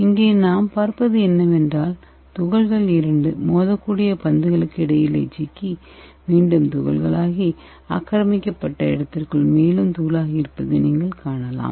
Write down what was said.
இங்கேநாம் பார்ப்பது என்னவென்றால் துகள்கள் இரண்டு மோதக்கூடிய பந்துகளுக்கு இடையில் சிக்கி மீண்டும் துகள்களாகி ஆக்கிரமிக்கப்பட்ட இடத்திற்குள் மேலும் தூளாகி இருப்பதை நீங்கள் காணலாம்